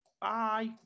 Bye